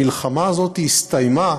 המלחמה הזאת הסתיימה